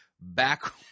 back